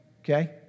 Okay